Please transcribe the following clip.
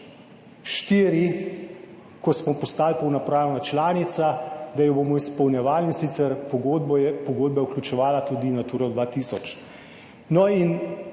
2004, ko smo postali polnopravna članica, da jo bomo izpolnjevali, in sicer pogodbo je pogodba vključevala tudi Naturo 2000. No, in